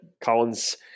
Collins